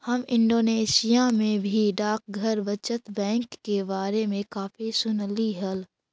हम इंडोनेशिया में भी डाकघर बचत बैंक के बारे में काफी सुनली हल